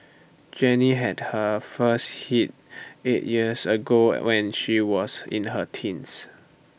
Jenny had her first hit eight years ago when she was in her teens